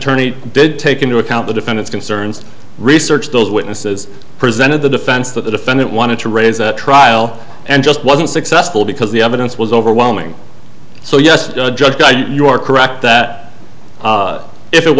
attorney did take into account the defendant's concerns research those witnesses presented the defense that the defendant wanted to raise at trial and just wasn't successful because the evidence was overwhelming so yes you are correct that if it